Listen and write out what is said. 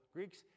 Greeks